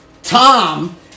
Tom